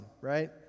right